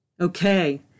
Okay